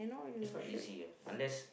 it's not easy eh unless